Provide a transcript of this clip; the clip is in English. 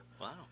Wow